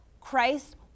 Christ